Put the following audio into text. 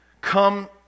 Come